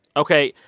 ok,